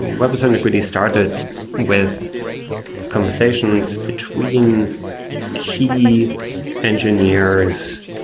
webassembly really started with conversations between key engineers